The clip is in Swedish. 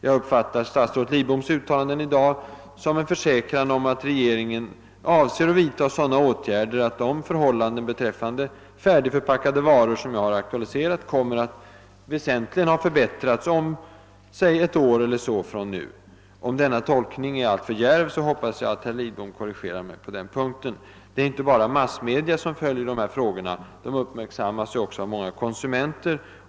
Jag uppfattar statsrådet Lidboms uttalanden i dag som en försäkran om att regeringen avser att vidta åtgärder för att de förhållanden när det gäller färdigförpackade varor, som jag berört i interpellationen, kommer att ha förbättrats väsentligt om låt oss säga ett år. Om den na tolkning är alltför djärv hoppas jag att herr Lidbom korrigerar mig på den punkten. Det är inte bara massmedia som följer dessa frågor — de uppmärksammas också av många konsumenter.